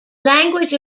language